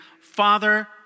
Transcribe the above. Father